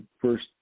first